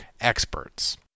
experts